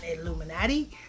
Illuminati